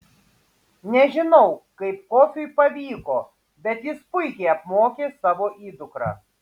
nežinau kaip kofiui pavyko bet jis puikiai apmokė savo įdukrą